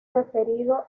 referido